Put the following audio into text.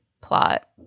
plot